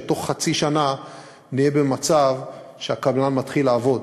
שתוך חצי שנה נהיה במצב שהקבלן מתחיל לעבוד,